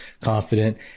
confident